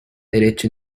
derecho